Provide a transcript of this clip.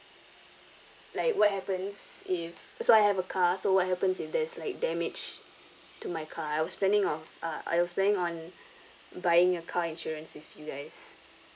like what happens if so I have a car so what happens if there's like damage to my car I was planning of uh I was planning on buying a car insurance with you guys